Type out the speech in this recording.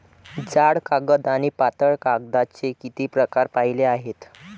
जाड कागद आणि पातळ कागदाचे किती प्रकार पाहिले आहेत?